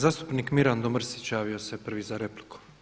Zastupnik Mirando Mrsić javio se prvi za repliku.